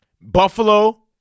Buffalo